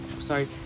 sorry